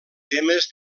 temes